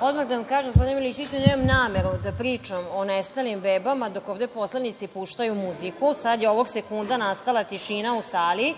Odmah da vam kažem, gospodine Milićeviću, da nemam nameru da pričam o nestalim bebama dok ovde poslanici puštaju muziku. Sad je ovog sekunda nastala tišina u sali,